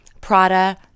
Prada